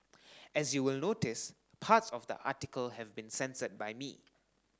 as you will notice parts of the article have been censored by me